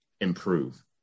improve